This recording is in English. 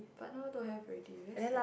but now don't have already very sad